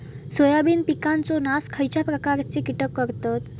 Soybean पिकांचो नाश खयच्या प्रकारचे कीटक करतत?